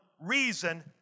reason